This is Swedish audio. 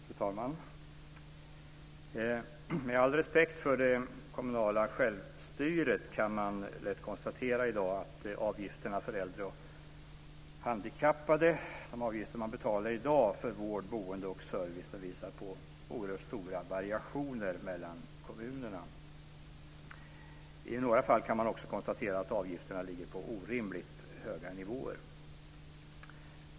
Fru talman! Med all respekt för det kommunala självstyret, kan man lätt konstatera att de avgifter som äldre och handikappade betalar i dag för vård, boende och service visar oerhört stora variationer mellan kommunerna. I några fall kan man också konstatera att avgifterna ligger på orimligt höga nivåer.